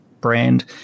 brand